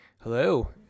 Hello